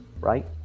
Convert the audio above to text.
right